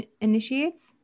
initiates